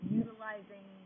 utilizing